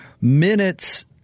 minutes